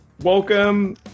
Welcome